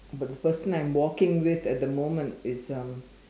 but the person I'm walking with at the moment is um